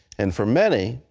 and for many,